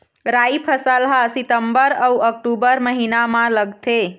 राई फसल हा सितंबर अऊ अक्टूबर महीना मा लगथे